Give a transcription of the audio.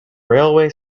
railway